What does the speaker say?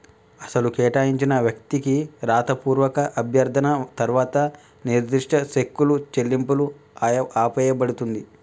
అసలు కేటాయించిన వ్యక్తికి రాతపూర్వక అభ్యర్థన తర్వాత నిర్దిష్ట సెక్కులు చెల్లింపులు ఆపేయబడుతుంది